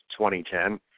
2010